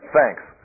Thanks